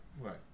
Right